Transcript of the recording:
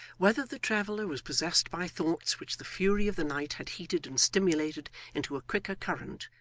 whether the traveller was possessed by thoughts which the fury of the night had heated and stimulated into a quicker current,